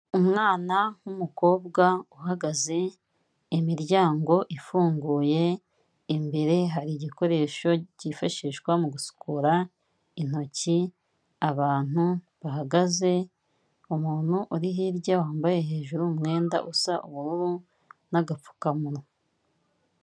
Umwana w'umukobwa uhagaze, imiryango ifunguye, imbere hari igikoresho cyifashishwa mu gusukura intoki, abantu bahagaze, umuntu uri hirya wambaye hejuru umwenda usa ubururu n'agapfukamunwa.